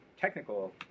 technical